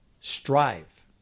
Strive